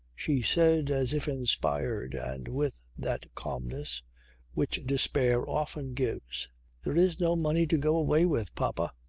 she said as if inspired and with that calmness which despair often gives there is no money to go away with, papa.